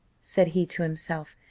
said he to himself.